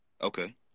Okay